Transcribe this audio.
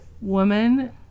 woman